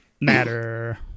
matter